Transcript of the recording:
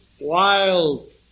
wild